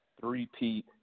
three-peat